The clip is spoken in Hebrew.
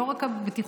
ולא רק הבטיחותית,